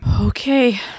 Okay